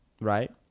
right